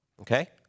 Okay